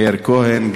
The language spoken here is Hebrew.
מאיר כהן,